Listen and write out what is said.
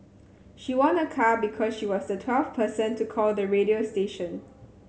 she won a car because she was the twelfth person to call the radio station